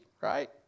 right